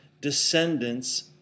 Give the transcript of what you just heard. descendants